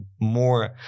more